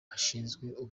ashinzwe